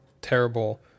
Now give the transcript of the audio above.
terrible